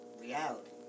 reality